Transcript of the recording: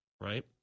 right